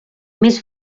més